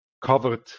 covered